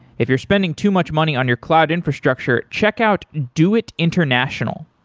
if you're spending too much money on your cloud infrastructure, check out doit international.